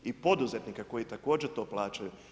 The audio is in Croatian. I poduzetnika koji također to plaćaju.